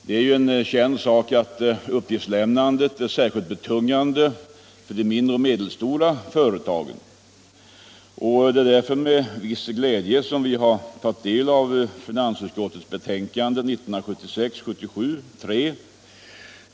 Det är ju en känd sak att uppgiftslämnandet är särskilt betungande för de mindre och medelstora företagen, och det är därför med viss glädje som vi har tagit del av finansutskottets betänkande 1976/77:3.